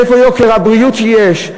איפה יוקר הבריאות שיש?